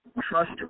Trust